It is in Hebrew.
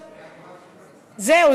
זהו,